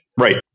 Right